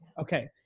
Okay